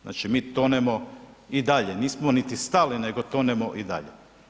Znači mi tonemo i dalje, nismo niti stali, nego tonemo i dalje.